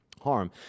harm